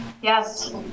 Yes